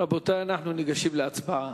רבותי, אנחנו ניגשים להצבעה.